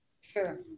sure